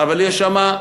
אבל יש שם,